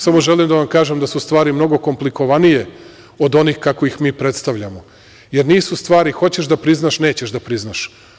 Samo želim da vam kažem da su stvari mnogo komplikovanije od onih kako ih mi predstavljamo, jer nisu stvari – hoćeš da priznaš, nećeš da priznaš.